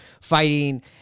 fighting